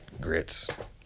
grits